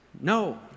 no